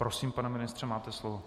Prosím, pane ministře, máte slovo.